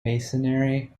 masonry